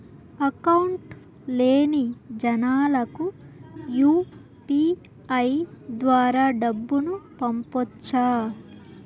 Account లేని జనాలకు UPI ద్వారా డబ్బును పంపొచ్చా?